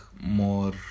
more